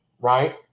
Right